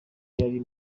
yari